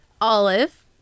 Olive